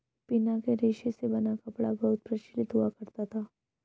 पिना के रेशे से बना कपड़ा बहुत प्रचलित हुआ करता था